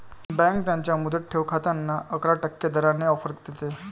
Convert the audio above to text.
bank त्यांच्या मुदत ठेव खात्यांना अकरा टक्के दराने ऑफर देते